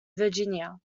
virginia